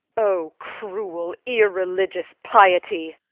o cruel, irreligious piety!